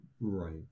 Right